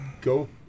go